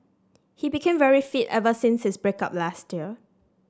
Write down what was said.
he became very fit ever since his break up last year